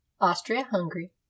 Austria-Hungary